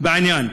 בעניין.